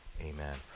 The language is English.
amen